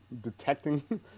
detecting